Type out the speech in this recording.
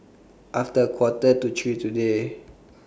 after A Quarter to three today